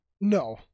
No